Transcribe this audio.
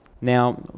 Now